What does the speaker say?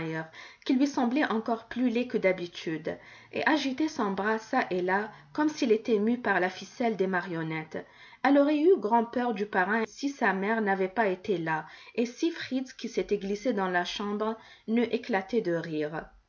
qui lui semblait encore plus laid que d'habitude et agitait son bras çà et là comme s'il était mu par la ficelle des marionnettes elle aurait eu grand'peur du parrain si sa mère n'avait pas été là et si fritz qui s'était glissé dans la chambre n'eût éclaté de rire